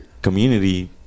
community